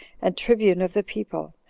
and tribune of the people,